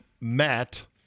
Matt